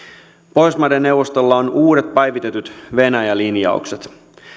pohjoismaiden neuvostolla on uudet päivitetyt venäjä linjaukset